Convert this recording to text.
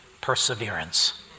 perseverance